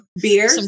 beer